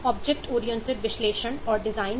object oriented विश्लेषण और design